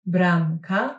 Bramka